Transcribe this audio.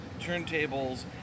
turntables